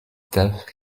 death